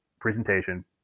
presentation